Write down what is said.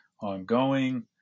ongoing